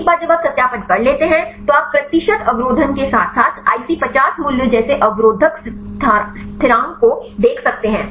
एक बार जब आप सत्यापन कर लेते हैं तो आप प्रतिशत अवरोधन के साथ साथ IC50 मूल्यों जैसे अवरोधक स्थिरांक को देख सकते हैं